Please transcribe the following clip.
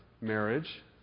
marriage